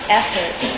effort